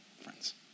friends